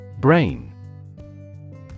Brain